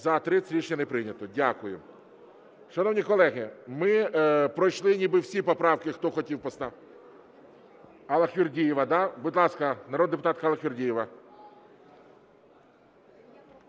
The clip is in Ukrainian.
За-30 Рішення не прийнято. Дякую. Шановні колеги, ми пройшли ніби всі поправки. Хто хотів…? Аллахвердієва, да? Будь ласка, народна депутатка Аллахвердієва.